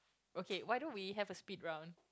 okay why don't we have a speed round